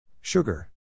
Sugar